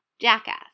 jackass